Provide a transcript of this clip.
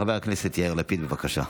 חבר הכנסת יאיר לפיד, בבקשה.